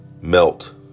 melt